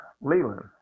Leland